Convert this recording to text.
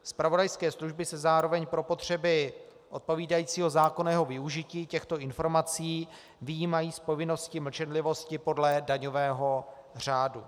Zpravodajské služby se zároveň pro potřeby odpovídajícího zákonného využití těchto informací vyjímají z povinnosti mlčenlivosti podle daňového řádu.